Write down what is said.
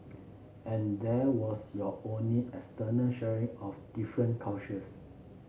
and that was your only external sharing of different cultures